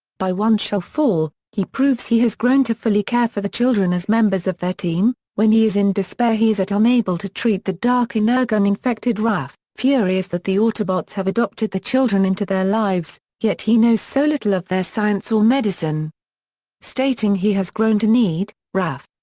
by one shall fall, he proves he has grown to fully care for the children as members of their team, when he is in despair he is at unable to treat the dark energon-infected raf, furious that the autobots have adopted the children into their lives, yet he knows so little of their science or medicine stating he has grown to need raf.